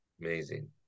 Amazing